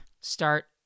Start